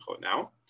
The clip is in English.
now